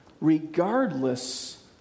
regardless